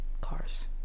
cars